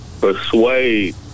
persuade